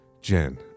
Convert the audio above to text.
Jen